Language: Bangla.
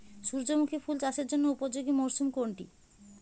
সূর্যমুখী ফুল চাষের জন্য উপযোগী মরসুম কোনটি?